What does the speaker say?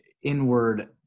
inward